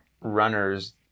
runners